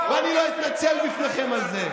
ואני לא אתנצל בפניכם על זה,